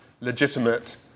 legitimate